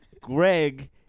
Greg